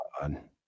God